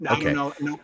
Okay